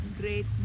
great